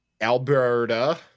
alberta